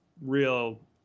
real